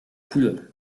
couleurs